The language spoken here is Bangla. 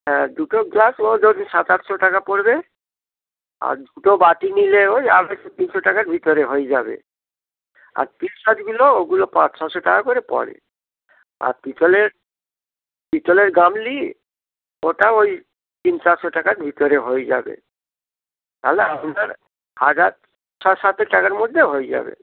হ্যাঁ দুটো গ্লাস ও যদি সাত আটশো টাকা পড়বে আর দুটো বাটি নিলে ওই আড়াইশো তিনশো টাকার ভিতরে হয়ে যাবে আর তিলশাজগুলো ওগুলো পাঁচ ছশো টাকা করে পড়ে আর পিতলের পিতলের গামলা ওটা ওই তিন চারশো টাকার ভিতরে হয়ে যাবে তাহলে আপনার হাজার ছ সাতেক টাকার মধ্যে হয়ে যাবে